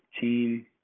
team